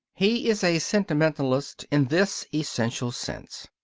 he is a sentimentalist in this essential sense,